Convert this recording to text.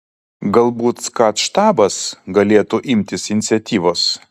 galbūt skat štabas galėtų imtis iniciatyvos